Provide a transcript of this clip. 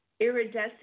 iridescent